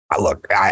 Look